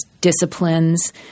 disciplines